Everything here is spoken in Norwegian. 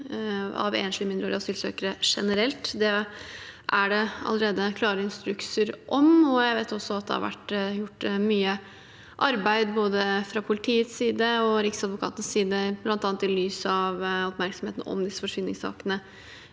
av enslige mindreårige asylsøkere generelt. Det er det allerede klare instrukser om. Jeg vet også at det har vært gjort mye arbeid fra både politiets side og Riksadvokatens side, bl.a. i lys av oppmerksomheten om disse forsvinningssakene